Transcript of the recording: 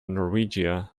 norwegia